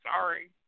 Sorry